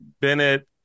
Bennett